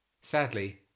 Sadly